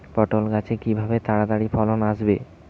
পটল গাছে কিভাবে তাড়াতাড়ি ফলন আসবে?